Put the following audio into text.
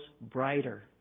brighter